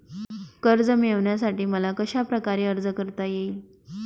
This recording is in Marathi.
कर्ज मिळविण्यासाठी मला कशाप्रकारे अर्ज करता येईल?